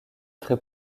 très